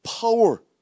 power